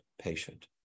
patient